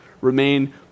remain